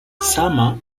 summer